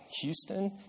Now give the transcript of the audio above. Houston